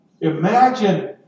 Imagine